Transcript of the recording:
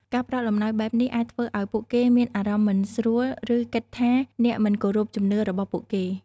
ការផ្តល់អំណោយបែបនេះ អាចធ្វើឲ្យពួកគេមានអារម្មណ៍មិនស្រួល ឬគិតថាអ្នកមិនគោរពជំនឿរបស់ពួកគេ។